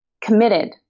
committed